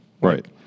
Right